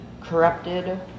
corrupted